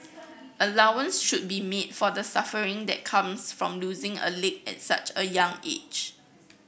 allowance should be made for the suffering that comes from losing a leg at such a young age